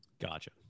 gotcha